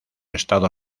estado